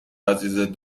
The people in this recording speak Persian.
عزیزت